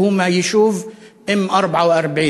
והוא מהיישוב אם-ארבע-וארבעין.